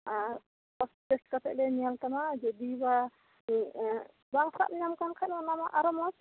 ᱟᱨ cough test ᱠᱟᱛᱮ ᱞᱮ ᱧᱮᱞ ᱛᱟᱢᱟ ᱨᱩᱜᱤᱣᱟᱜ ᱵᱟᱝ ᱥᱟᱵ ᱧᱟᱢ ᱟᱠᱟᱱ ᱠᱷᱟᱡ ᱚᱱᱟ ᱢᱟ ᱟᱨᱦᱚᱸ ᱢᱚᱸᱡ